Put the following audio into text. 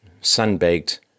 sun-baked